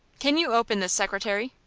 can you open this secretary?